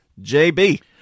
JB